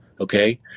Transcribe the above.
okay